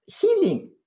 healing